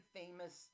famous